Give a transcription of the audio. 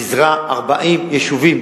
פיזרה 40 יישובים,